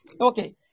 Okay